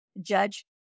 judge